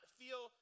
feel